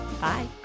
Bye